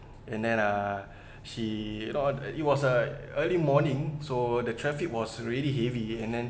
and then uh she it was a early morning so the traffic was really heavy and then